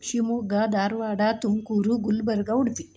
Shivamogga Dharwad Tumakuru Gulbarga Udupi